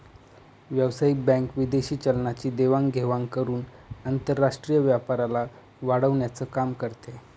व्यावसायिक बँक विदेशी चलनाची देवाण घेवाण करून आंतरराष्ट्रीय व्यापाराला वाढवण्याचं काम करते